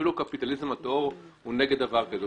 אפילו הקפיטליזם הטהור הוא נגד דבר שכזה,